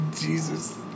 Jesus